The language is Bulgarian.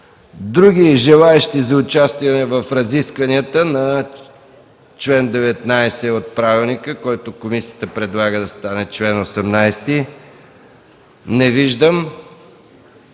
Други желаещи за участие в разискванията по чл. 19 от правилника, който комисията предлага да стане чл. 18? Не виждам.